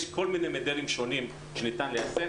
יש כל מיני מודלים שונים שניתן ליישם.